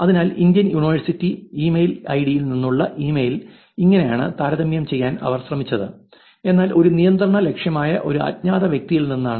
അതിനാൽ Indian university email ഐഡിയിൽ നിന്നുള്ള ഇമെയിൽ ഇങ്ങനെയാണ് താരതമ്യം ചെയ്യാൻ അവർ ശ്രമിച്ചത് എന്നാൽ ഒരു നിയന്ത്രണ ലക്ഷ്യമായ ഒരു അജ്ഞാത വ്യക്തിയിൽ നിന്നാണ്